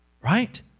right